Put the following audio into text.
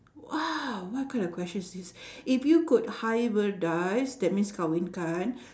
!wah! what kind of question is this if you could hybridise that means kahwinkan